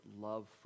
love